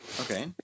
okay